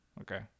Okay